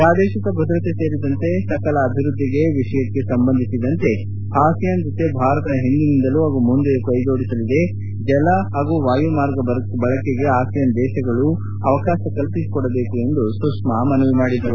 ಪ್ರಾದಶೀಕ ಭದ್ರತೆ ಸೇರಿದಂತೆ ಸಕಲ ಅಭಿವೃದ್ದಿ ವಿಷಯಕ್ಕೆ ಸಂಬಂಧಿಸಿದಂತೆ ಆಸಿಯಾನ್ ಜತೆ ಭಾರತ ಹಿಂದಿನಿಂದಲೂ ಹಾಗೂ ಮುಂದೆಯೂ ಕೈ ಜೋಡಿಸಿದೆ ಜಲ ಹಾಗೂ ವಾಯು ಮಾರ್ಗ ಬಳಕೆಗೆ ಆಸಿಯಾನ್ ದೇಶಗಳು ಅವಕಾಶ ಕಲ್ಲಿ ಸಿಕೊಡಬೇಕೆಂದು ಎಂದು ಸಚಿವರು ಹೇಳಿದ್ದಾರೆ